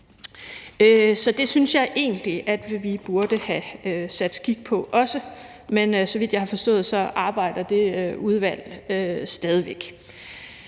Så det synes jeg egentlig at vi burde have sat skik på også, men så vidt jeg har forstået, arbejder det udvalg stadig væk.